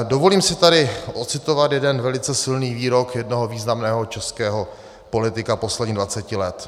Dovolím si tady odcitovat jeden velice silný výrok jednoho významného českého politika posledních dvaceti let.